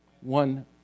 One